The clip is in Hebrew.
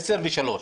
עשר ושלוש,